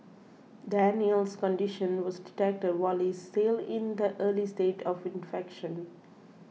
Daniel's condition was detected while he is still in the early stage of infection